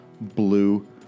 blue